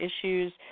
issues